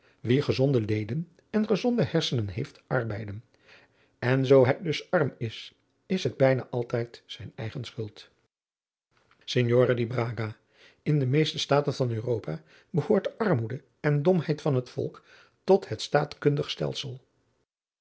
wie gezonde leden en gezonde hersenen heeft arbeiden en zoo hij dus arm is is het bijna altijd zijn eigen schuld signore di braga in de meeste staten van europa behoort de armoede en domheid van het volk tot het staatkundig stelsel